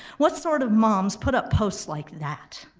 what sort of moms put up posts like that?